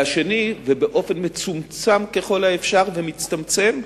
והשני, ובאופן מצומצם ככל האפשר, ומצטמצם,